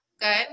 good